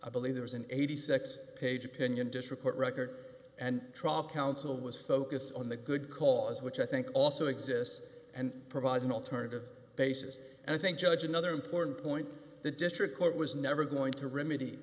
of believe there was an eighty six dollars page opinion dish report record and trial counsel was focused on the good cause which i think also exists and provides an alternative basis and i think judge another important point the district court was never going to remed